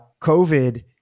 COVID